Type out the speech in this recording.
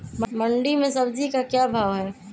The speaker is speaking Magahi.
मंडी में सब्जी का क्या भाव हैँ?